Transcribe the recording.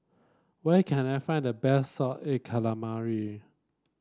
where can I find the best Salted Egg Calamari